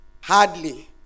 Hardly